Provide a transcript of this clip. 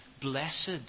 Blessed